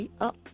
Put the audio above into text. up